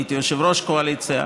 הייתי יושב-ראש קואליציה.